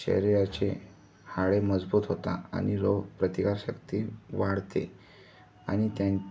शरीराचे हाडे मजबूत होतात आणि रोग प्रतिकारकशक्ती वाढते आणि त्या